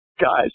guys